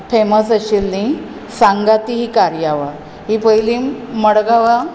famous आशिल्लीं सांगाती ही कार्यावळ ही पयलीं मडगांवा